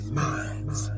minds